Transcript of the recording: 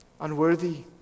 unworthy